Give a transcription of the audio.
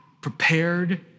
prepared